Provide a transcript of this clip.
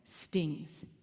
stings